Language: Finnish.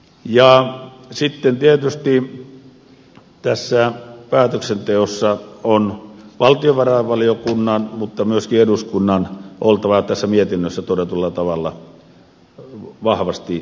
sitten tietysti tässä päätöksenteossa on valtiovarainvaliokunnan mutta myöskin eduskunnan oltava mietinnössä todetulla tavalla vahvasti mukana